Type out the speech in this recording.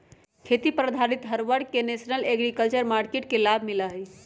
खेती पर आधारित हर वर्ग के नेशनल एग्रीकल्चर मार्किट के लाभ मिला हई